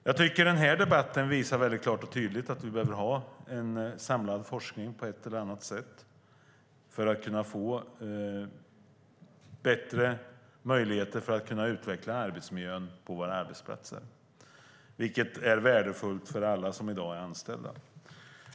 Jag tycker att debatten klart och tydligt visar att vi behöver ha en samlad forskning på ett eller annat sätt för att få bättre möjligheter att utveckla arbetsmiljön på våra arbetsplatser. Det är värdefullt för alla anställda.